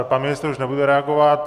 Pan ministr už nebude reagovat.